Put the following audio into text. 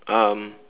um